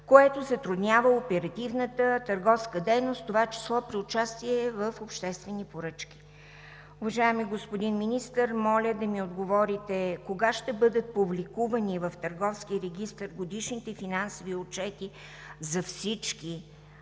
което затруднява оперативната търговска дейност в това число при участие в обществени поръчки. Уважаеми господин Министър, моля да ми отговорите – кога ще бъдат публикувани в Търговския регистър годишните финансови отчети за всички